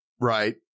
Right